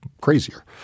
crazier